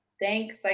Thanks